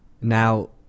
Now